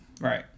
Right